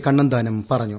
കണ്ണന്താനം പറഞ്ഞു